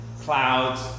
clouds